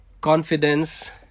confidence